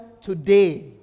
today